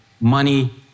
money